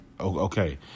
Okay